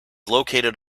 located